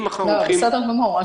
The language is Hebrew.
בסדר גמור.